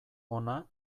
hona